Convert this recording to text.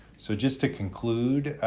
so just to conclude,